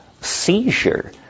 seizure